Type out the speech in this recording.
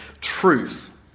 Truth